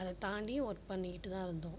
அதை தாண்டியும் ஒர்க் பண்ணிகிட்டு தான் இருந்தோம்